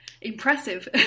impressive